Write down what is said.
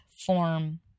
form